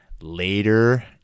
Later